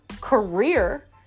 career